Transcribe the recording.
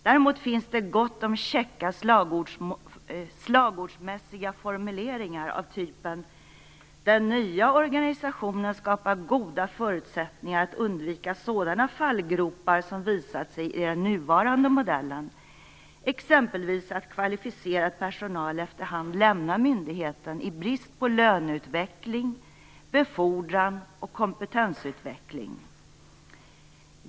Däremot finns det gott om käcka, slagordsmässiga formuleringar av typen: "Den nya organisationen skapar goda förutsättningar att undvika sådana fallgropar som visat sig i den nuvarande modellen, exempelvis att kvalificerad personal efter hand lämnar myndigheten i brist på löneutveckling, befordran och kompetensutveckling."